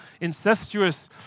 incestuous